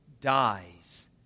dies